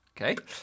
Okay